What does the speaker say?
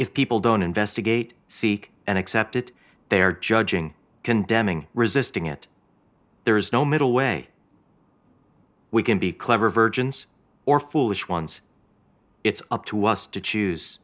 if people don't investigate seek and accept it they are judging condemning resisting it there is no middle way we can be clever virgins or foolish once it's up to us to choose